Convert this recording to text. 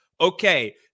Okay